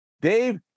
Dave